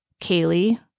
Kaylee